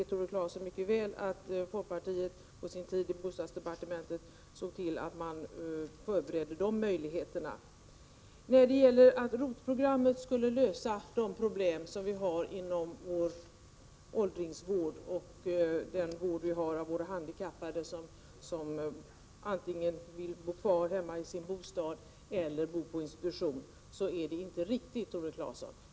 Tore Claeson vet mycket väl att folkpartiet på sin tid i bostadsdepartementet såg till att dessa möjligheter förbereddes. Tore Claeson! Det är inte riktigt att ROT-programmet skulle lösa de problem som finns när det gäller boendet för åldringar och handikappade som antingen vill bo kvar hemma i sin bostad eller bo på institution.